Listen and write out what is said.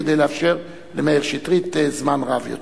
כדי לאפשר למאיר שטרית זמן רב יותר.